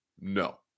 No